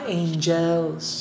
angels